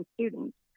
students